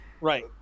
right